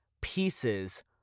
pieces